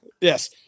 Yes